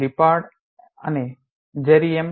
Lippard અને Jeremy એમ